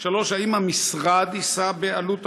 3. האם המשרד יישא בעלות המינוי?